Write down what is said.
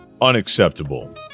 unacceptable